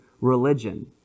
religion